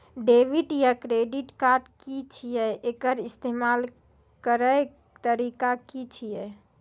Debit या credit card की छियै? एकर इस्तेमाल करैक तरीका की छियै?